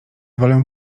wolę